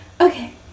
Okay